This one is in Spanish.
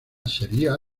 sería